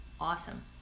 awesome